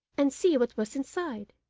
and see what was inside.